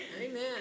Amen